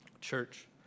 Church